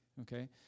okay